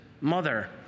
mother